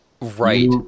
right